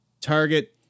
target